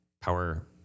Power